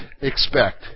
expect